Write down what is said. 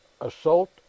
Assault